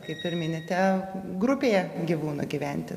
kaip ir minite grupėje gyvūnų gyventi